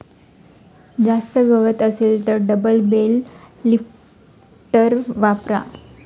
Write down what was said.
जास्त गवत असेल तर डबल बेल लिफ्टर वापरा